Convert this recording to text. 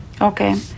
Okay